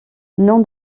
nom